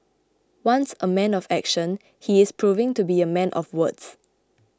once a man of action he is proving to be a man of words